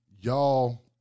y'all